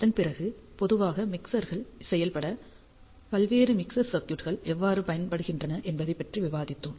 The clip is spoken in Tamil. அதன்பிறகு பொதுவாக மிக்சர்கள் செயல்பட பல்வேறு மிக்சர் சர்க்யூட்கள் எவ்வாறு பயன்படுகின்றன என்பதைப் பற்றி விவாதித்தோம்